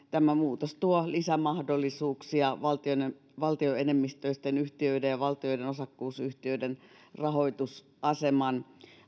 tämä muutos tuo lisämahdollisuuksia valtioenemmistöisten yhtiöiden ja valtioiden osakkuusyhtiöiden rahoitusaseman